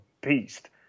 beast